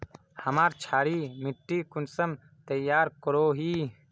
हमार क्षारी मिट्टी कुंसम तैयार करोही?